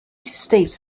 states